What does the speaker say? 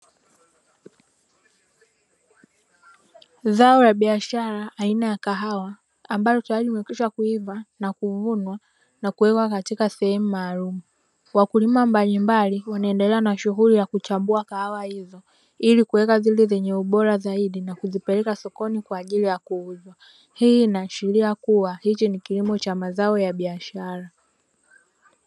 Zao la biashara aina ya kahawa ambalo tayari limekwisha kuiva na kuvunwa na kuwekwa katika sehemu maalumu, wakulima mbalimbali wanaendelea na shughuli ya kuchambua kahawa hizo ili kuweka zile zenye ubora zaidi na kupeleka sokoni kwa ajili ya kuuza, hii ina ashiria kuwa hiki ni kilimo cha biashara.